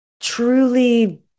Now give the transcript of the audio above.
truly